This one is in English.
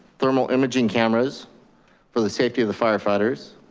thermal imaging cameras for the safety of the firefighters,